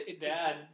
dad